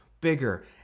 bigger